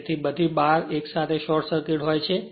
જેથી બધી બાર એક સાથે શોર્ટ સર્કિટ હોય છે